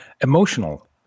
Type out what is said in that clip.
emotional